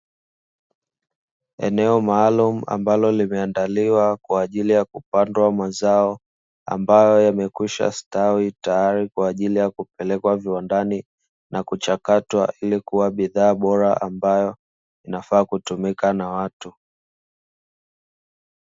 Eneo maalum ambalo limeandaliwa kwa ajili ya kupandwa mazao ambayo yamekwisha stawi, tayari kwa ajili ya kupelekwa viwandani na kuchakatwa ili kuwa bidhaa bora ambayo inafaa kutumika na watu.